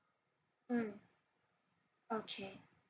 mm okay